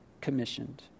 commissioned